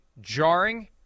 jarring